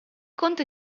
conte